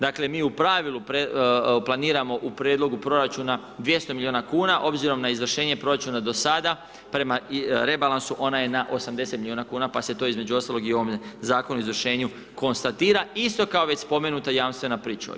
Dakle, mi u pravilu planiramo u prijedlogu proračuna 200 milijuna kuna obzirom na izvršenje proračuna do sada, prema rebalansu ona je na 80 milijuna kuna, pa se to, između ostaloga, i ovim Zakonom o izvršenju konstatira isto kao već spomenuta jamstvena pričuva.